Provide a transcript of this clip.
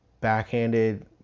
backhanded